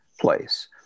place